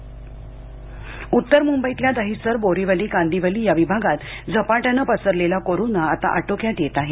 मुंबई उत्तर मुंबईतील दहिसर बोरीवली कांदिवली या विभागात झपाट्यानं पसरलेला कोरोना आता आटोक्यात येत आहे